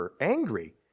angry